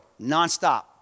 nonstop